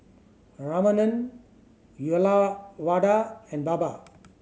Ramanand Uyyalawada and Baba